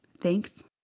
Thanks